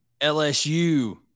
LSU